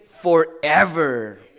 forever